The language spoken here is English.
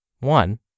One